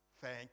Thank